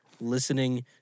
Listening